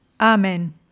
Amen